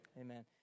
Amen